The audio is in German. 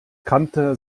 kannte